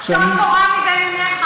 אתה הורשעת ואתה מטיף מוסר.